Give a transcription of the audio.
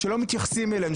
שלא מתייחסים אליהם,